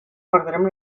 perdrem